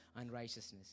unrighteousness